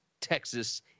Texas